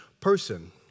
person